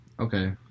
Okay